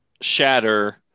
Shatter